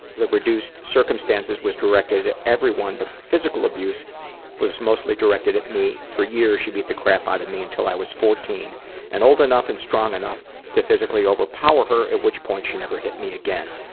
the reduced circumstances was directed at everyone but the physical abused was mostly directed at me. for years, she beat the crap out of me until i was fourteen and old enough and strong enough to physically overpower her at which point she never hit me again.